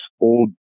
old